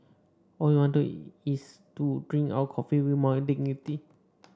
all we want is to drink our coffee with some dignity